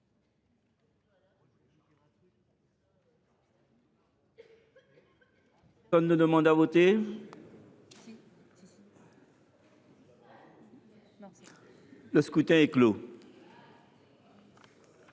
Personne ne demande plus à voter ?… Le scrutin est clos.